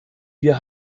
wir